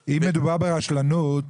אם מדובר ברשלנות,